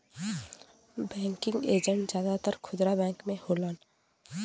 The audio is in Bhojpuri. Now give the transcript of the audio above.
बैंकिंग एजेंट जादातर खुदरा बैंक में होलन